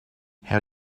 how